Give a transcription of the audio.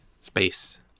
space